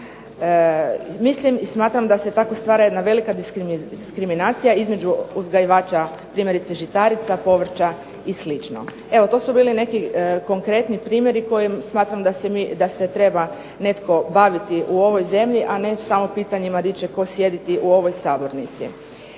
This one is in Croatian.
Mislim i smatram da se tako stvara jedna velika diskriminacija između uzgajivača primjerice žitarica, povrća i slično. Evo to su bili neki konkretni primjeri koje smatram da se treba netko baviti u ovoj zemlji, a ne samo pitanjima di će tko sjediti u ovoj sabornici.